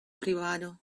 privado